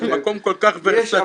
שזה מקום כל כך ורסטילי,